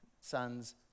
sons